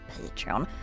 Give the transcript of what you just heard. Patreon